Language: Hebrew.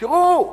תראו,